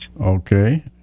Okay